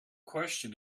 question